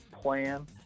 plan